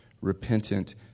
repentant